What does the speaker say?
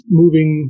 moving